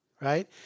right